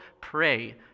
Pray